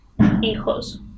hijos